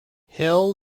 hill